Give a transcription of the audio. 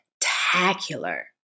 spectacular